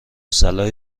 صلاح